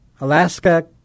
Alaska